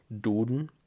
Duden